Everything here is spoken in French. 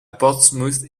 portsmouth